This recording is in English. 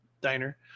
diner